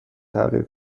تغییر